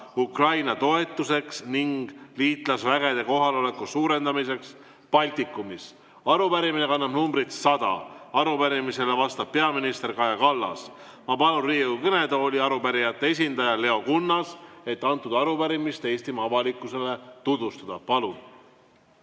Ukraina toetuseks ning liitlasvägede kohaloleku suurendamiseks Baltikumis. Arupärimine kannab numbrit 100, sellele vastab peaminister Kaja Kallas. Ma palun Riigikogu kõnetooli arupärijate esindaja Leo Kunnase, et arupärimist Eestimaa avalikkusele tutvustada.